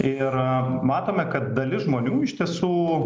ir matome kad dalis žmonių iš tiesų